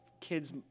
kids